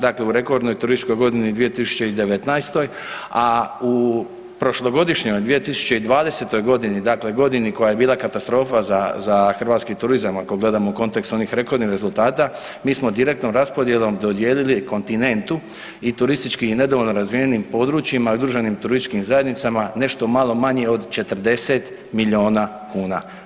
Dakle, u rekordnoj turističkoj godini 2019., a u prošlogodišnjoj 2020. godini, dakle godini koja je bila katastrofa za hrvatski turizam ako gledamo kontekst onih rekordnih rezultata mi smo direktnom raspodjelom dodijelili kontinentu i turistički nedovoljno razvijenim područjima i udruženim turističkim zajednicama nešto malo manje od 40 miliona kuna.